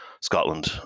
Scotland